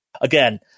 again